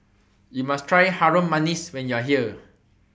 YOU must Try Harum Manis when YOU Are here